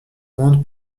vente